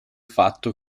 fatto